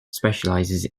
specializes